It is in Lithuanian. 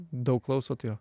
daug klausot jo